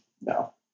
No